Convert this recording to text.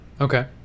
okay